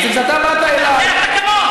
אבל אתה אמרת שאנחנו חוזרים.